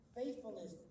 faithfulness